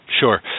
Sure